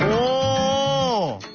oh,